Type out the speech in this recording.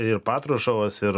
ir patruševas ir